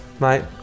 mate